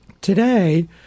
Today